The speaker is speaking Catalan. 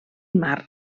mar